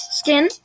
skin